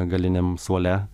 galiniam suole